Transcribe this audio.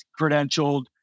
credentialed